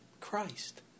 Christ